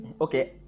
okay